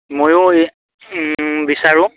ময়ো এই বিচাৰোঁ